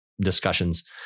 discussions